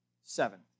Seven